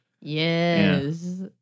Yes